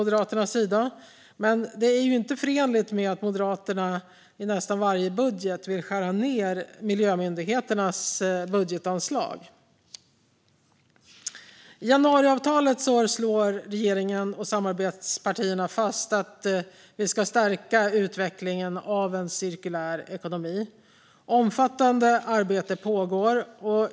Det är dock inte förenligt med att Moderaterna i nästan varje budget vill skära ned miljömyndigheternas budgetanslag. I januariavtalet slår regeringen och samarbetspartierna fast att vi ska stärka utvecklingen av en cirkulär ekonomi. Omfattande arbete pågår.